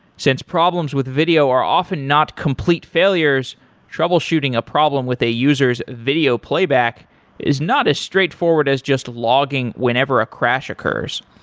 since problems with video are often not complete failures, troubleshooting a problem with a user's video playback is not as straightforward as just logging whenever a crash occurs.